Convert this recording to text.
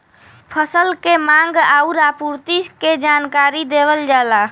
फसल के मांग आउर आपूर्ति के जानकारी देवल जाला